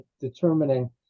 determining